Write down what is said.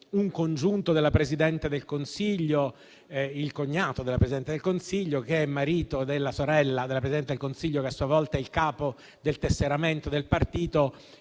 un congiunto della Presidente del Consiglio (il cognato), che è marito della sorella della Presidente del Consiglio, che a sua volta è il capo del tesseramento del partito: